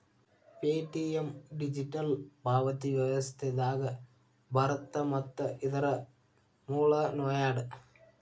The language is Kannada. ಪೆ.ಟಿ.ಎಂ ಡಿಜಿಟಲ್ ಪಾವತಿ ವ್ಯವಸ್ಥೆದಾಗ ಬರತ್ತ ಮತ್ತ ಇದರ್ ಮೂಲ ನೋಯ್ಡಾ